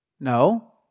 No